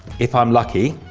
if i'm lucky